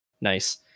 nice